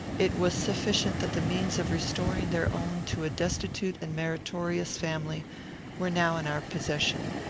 it was sufficient that the means of restoring their own to a destitute and meritorious family were now in our possession.